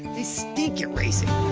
they stink at racing.